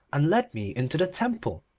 and led me into the temple.